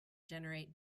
generate